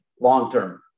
long-term